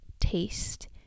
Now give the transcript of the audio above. taste